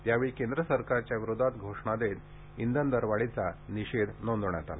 यावेळी केंद्र सरकारच्या विरोधात घोषणा देत इंधन दरवाढीचा निषेध नोंदवण्यात आला